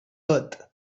earth